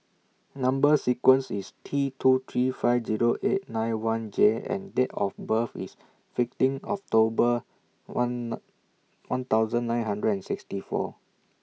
Number sequence IS T two three five Zero eight nine one J and Date of birth IS fifteen October one one thousand nine hundred and sixty four